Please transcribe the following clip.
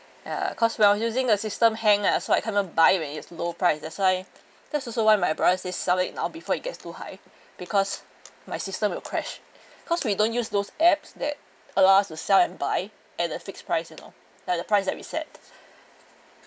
ya cause when I was using the system hang ah so I cannot buy when it's low price that's why that's also why my brother said sell it now before it gets too high because my system will crash cause we don't use those apps that allow us to sell and buy at a fixed price you know at the price that we set